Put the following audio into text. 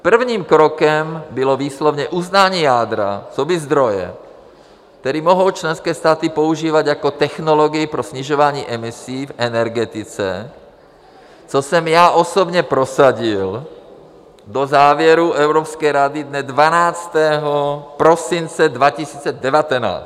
Prvním krokem bylo výslovně uznání jádra coby zdroje, který mohou členské státy používat jako technologii pro snižování emisí v energetice, co jsem já osobně prosadil do závěrů Evropské rady dne 12. prosince 2019.